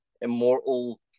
immortal